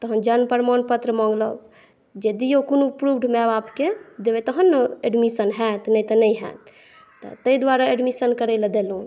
तहन जन्म प्रमाणपत्र मँगलक जे दियौ कोनो प्रूफ माय बापके देबै तहन ने एडमिसन हैत नहि तऽ नहि हैत तैं दुआरे एडमिसन करय लए देलहुँ